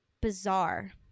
bizarre